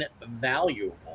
invaluable